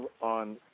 on